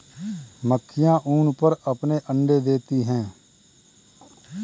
मक्खियाँ ऊन पर अपने अंडे देती हैं